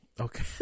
Okay